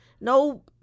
No